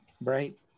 right